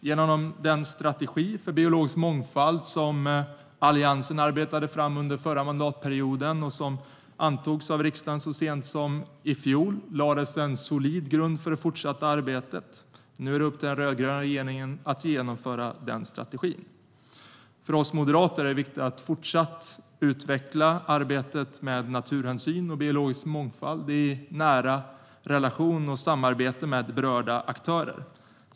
Genom den strategi för biologisk mångfald som Alliansen arbetade fram under förra mandatperioden och som antogs av riksdagen så sent som i fjol lades en solid grund för det fortsatta arbetet. Nu är det upp till den rödgröna regeringen att genomföra strategin. För oss moderater är det viktigt att fortsätta att utveckla arbetet med naturhänsyn och biologisk mångfald i nära relation och samarbete med alla berörda aktörer.